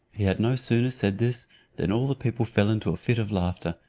he had no sooner said this than all the people fell into a fit of laughter,